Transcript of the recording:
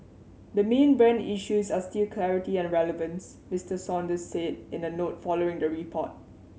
the main brand issues are still clarity and relevance Mister Saunders said in a note following the report